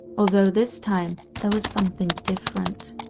although this time there was something different.